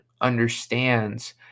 understands